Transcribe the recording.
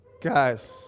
Guys